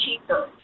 cheaper